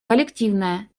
коллективное